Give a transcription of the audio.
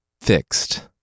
fixed